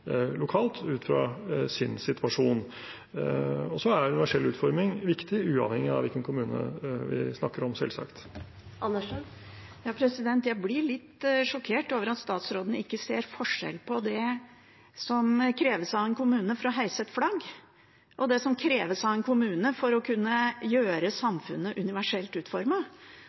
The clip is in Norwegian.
lokalt ut fra sin situasjon. Universell utforming er viktig, uavhengig av hvilken kommune vi snakker om, selvsagt. Jeg blir litt sjokkert over at statsråden ikke ser forskjell på det som kreves av en kommune for å heise et flagg, og det som kreves av en kommune for å kunne gjøre samfunnet universelt